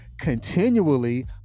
continually